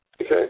Okay